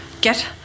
Get